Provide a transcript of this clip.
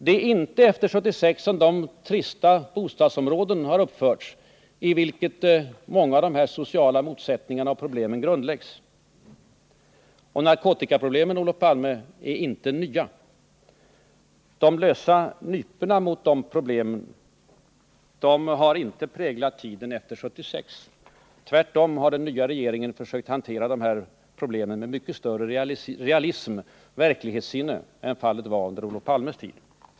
Det är inte efter 1976 som de trista bostadsområden har uppförts, i vilka många av de här sociala motsättningarna och problemen grundläggs. Och narkotikaproblemen, Olof Palme, är inte nya. De lösa nyporna mot problemen har inte präglat tiden efter 1976. Tvärtom har den nya regeringen försökt hantera dessa problem med mycket större realism och verklighetssinne än vad som var fallet under Olof Palmes tid.